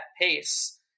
pace